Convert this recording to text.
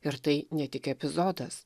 ir tai ne tik epizodas